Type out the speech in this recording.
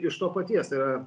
iš to paties tai yra